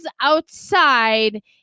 outside